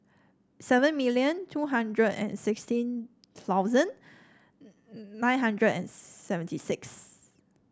seven million two hundred and sixteen thousand nine hundred and seventy six